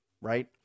right